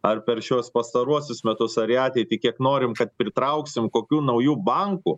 ar per šiuos pastaruosius metus ar į ateitį kiek norim kad pritrauksim kokių naujų bankų